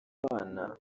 bana